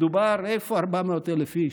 איפה 400,000 איש?